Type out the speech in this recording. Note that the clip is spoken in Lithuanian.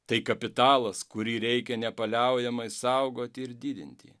tai kapitalas kurį reikia nepaliaujamai saugoti ir didinti